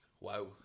wow